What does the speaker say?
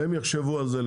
הם יחשבו על זה,